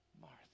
Martha